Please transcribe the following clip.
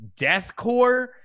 deathcore